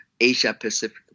Asia-Pacific